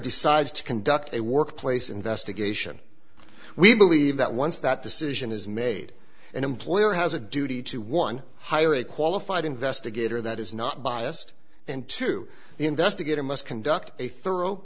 decides to conduct a workplace investigation we believe that once that decision is made an employer has a duty to one hire a qualified investigator that is not biased and to the investigator must conduct a thorough